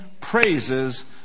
praises